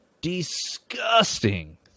disgusting